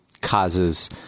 causes